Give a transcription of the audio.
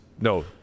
No